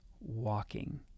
walking